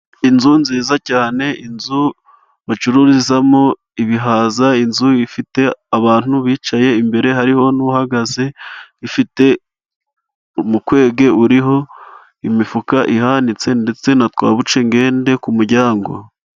Inzu nziza cyane inzu bacururizamo ibihaza, inzu ifite abantu bicaye imbere hariho n'uhagaze, ifite umukwege uriho imifuka ihanitse ndetse na twabucengennde ku muryango.